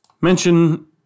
mention